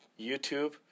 YouTube